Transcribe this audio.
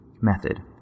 Method